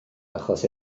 achos